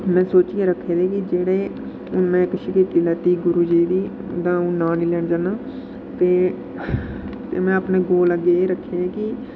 में सोचियै रक्खे दे कि जेह्ड़े हून में शिगिर्दी लैती दी इक गुरू जी दी हुंदा अ'ऊं नांऽ निं लैना चाह्न्नां ते में अपने गोल अग्गै एह् रक्खे कि